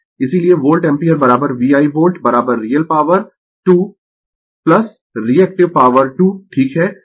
इसीलिये volt ampere VI volt real power 2 reactive power 2 ठीक है